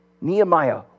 Nehemiah